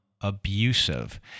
abusive